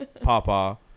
Papa